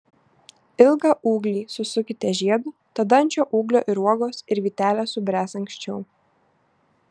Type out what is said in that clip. ilgą ūglį susukite žiedu tada ant šio ūglio ir uogos ir vytelės subręs anksčiau